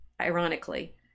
ironically